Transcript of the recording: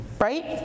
right